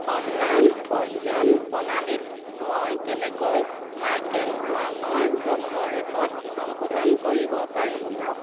online পঞ্জীয়ন প্ৰণালীত মই কেনেকৈ মাইকেল ৱাংৰ জন্ম ৰেকৰ্ড সংশোধন কৰিব পাৰিম